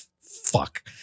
fuck